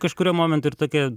kažkuriuo momentu ir tokia